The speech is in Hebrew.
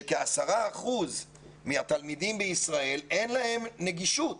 שכ-10% מהתלמידים בישראל אין להם נגישות,